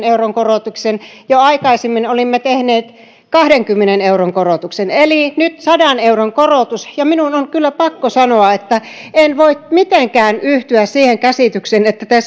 euron korotuksen jo aikaisemmin olimme tehneet kahdenkymmenen euron korotuksen eli nyt on sadan euron korotus ja minun on kyllä pakko sanoa että en voi mitenkään yhtyä siihen käsitykseen että te